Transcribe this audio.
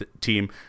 team—